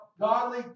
godly